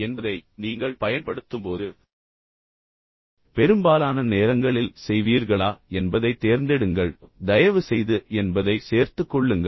என்பதை நீங்கள் பயன்படுத்தும்போது பெரும்பாலான நேரங்களில் செய்வீர்களா என்பதை தேர்ந்தெடுங்கள் தயவு செய்து என்பதை சேர்த்துக் கொள்ளுங்கள்